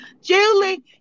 Julie